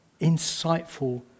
insightful